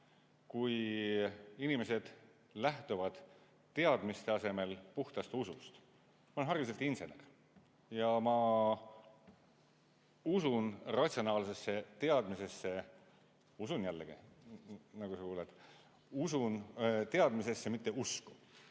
kui inimesed lähtuvad teadmiste asemel puhtast usust. Ma olen hariduselt insener ja ma usun ratsionaalsesse teadmisesse – usun jällegi, nagu sa kuuled –, usun teadmisesse, mitte usku.